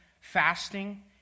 fasting